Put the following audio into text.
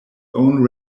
own